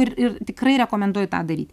ir ir tikrai rekomenduoju tą daryt